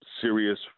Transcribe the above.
serious